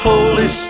Holy